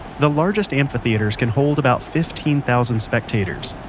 the largest amphitheaters could hold about fifteen thousand spectators.